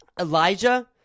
Elijah